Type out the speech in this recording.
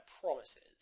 promises